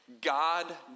God